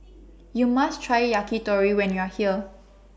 YOU must Try Yakitori when YOU Are here